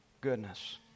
goodness